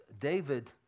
David